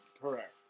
Correct